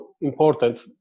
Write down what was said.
important